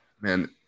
Man